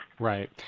Right